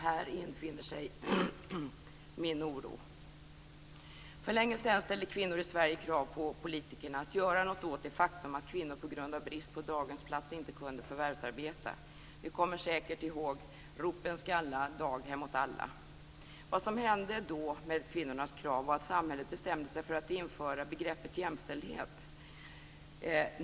Här infinner sig min oro. För länge sedan ställde kvinnor i Sverige krav på politikerna att göra något åt det faktum att kvinnor på grund av brist på dagisplats inte kunde förvärvsarbeta. Vi kommer säkert ihåg: Ropen skalla, daghem åt alla! Vad som hände då med kvinnornas krav var att samhället bestämde sig för att införa begreppet jämställdhet.